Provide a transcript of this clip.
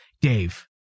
Dave